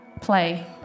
play